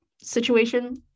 situation